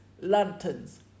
lanterns